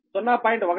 0